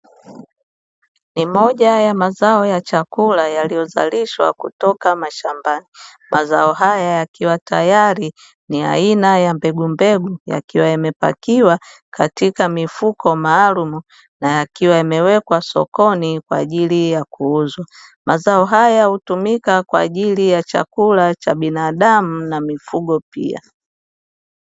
Ni moja ya mazao ya chakula yaliyozalishwa kutoka mashambani. Mazao hayo yakiwa tayari ni aina ya mbegumbegu, yakiwa yamepakiwa katika mifuko maalumu, na yakiwa yamewekwa sokoni kwaajili ya kuuzwa. Mazao haya hutumika kwaajili ya chakula cha binadamu na mifugo pia.